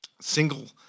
single